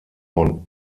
von